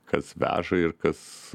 kas veža ir kas